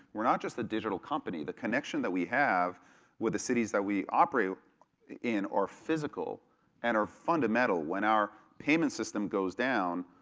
we're not just the digital company. the connection that we have with the cities that we operate in are physical and are fundamental. when our payment system goes down,